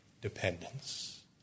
dependence